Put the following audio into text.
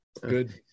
good